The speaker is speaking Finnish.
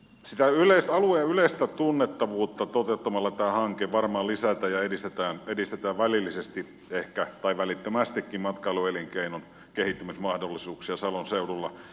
sitä alueen yleistä tunnettavuutta toteuttamalla tällä hankkeella varmaan lisätään ja edistetään välillisesti ehkä tai välittömästikin matkailuelinkeinon kehittymismahdollisuuksia salon seudulla